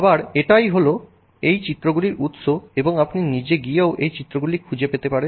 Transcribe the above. আবার এটাই হলো এই চিত্রগুলির উৎস এবং আপনি নিজে গিয়েও এই চিত্রগুলি খুঁজে দেখতে পারেন